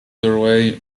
doorway